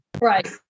right